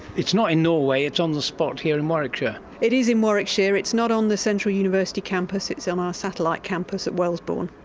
it's not in norway, it's on the spot here in warwickshire. it is in warwickshire, it's not on the central university campus, it's on um our satellite campus at wellesbourne,